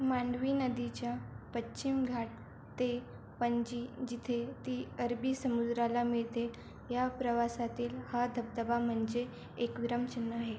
मांडवी नदीच्या पच्चिम घाट ते पणजी जिथे ती अरबी समुद्राला मिळते या प्रवासातील हा धबधबा म्हणजे एक विरामचिन्ह आहे